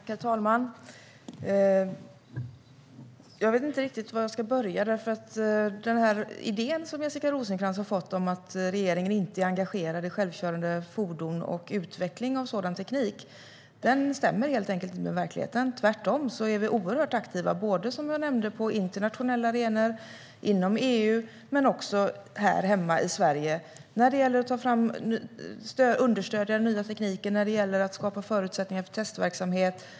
Herr talman! Jag vet inte riktigt var jag ska börja, för den idé som Jessica Rosencrantz har om att regeringen inte är engagerad när det gäller självkörande fordon och utveckling av sådan teknik stämmer helt enkelt inte med verkligheten. Som jag nämnde är vi tvärtom oerhört aktiva på internationella arenor, inom EU och här hemma i Sverige för att understödja den nya tekniken och skapa förutsättningar för testverksamhet.